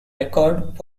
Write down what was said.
record